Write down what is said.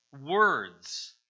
words